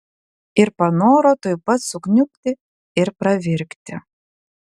ir panoro tuoj pat sukniubti ir pravirkti